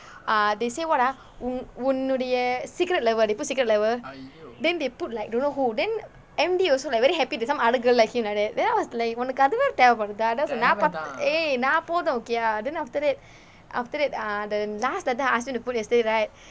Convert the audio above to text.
ah they say [what] ah உன்னோடிய:unnodiya secret lover they put secret lover then they put like don't know who then M_D also like very happy like some other girl like him like that then I was like அது வேற தேவை படுதா அதான் சொன்னேன் நான்:athu vera thevai paduthaa athaan sonnen naan eh நான் போதும்:naan pothum okay ah then after that after that ah the last letter I ask him to put yesterday right